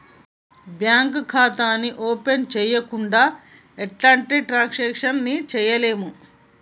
bank ఖాతాని open చెయ్యకుండా ఎలాంటి ట్రాన్సాక్షన్స్ ని చెయ్యలేము